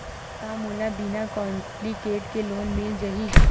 का मोला बिना कौंटलीकेट के लोन मिल जाही?